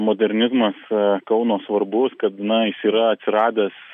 modernizmas kauno svarbus kad na jis yra atsiradęs